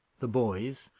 the boys,